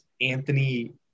Anthony